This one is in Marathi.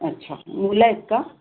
अच्छा मुलं आहेत का